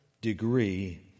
degree